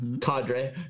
cadre